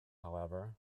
however